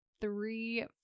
three